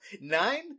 Nine